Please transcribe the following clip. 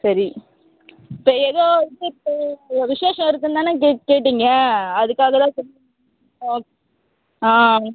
சரி இப்போ எதோ விசேஷம் விசேஷம் இருக்குன்னுதானே இது கேட்டிங்க அதுக்காக தான் சொல்லுறேன் ஆ ஆ